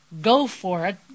go-for-it